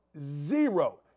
zero